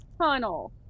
tunnel